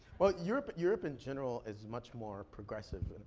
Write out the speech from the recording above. well, europe but europe in general is much more progressive.